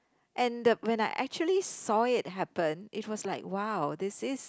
and the when I actually saw it happen it was like !wow! this is